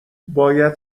باید